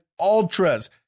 ultras